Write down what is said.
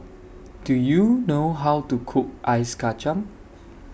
Do YOU know How to Cook Ice Kachang